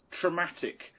traumatic